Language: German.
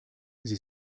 sie